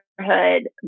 neighborhood